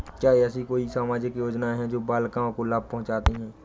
क्या ऐसी कोई सामाजिक योजनाएँ हैं जो बालिकाओं को लाभ पहुँचाती हैं?